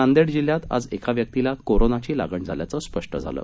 नांदेड जिल्ह्यात आज एका व्यक्तीला कोरोनाची लागण झाल्याचं स्पष्ट झालं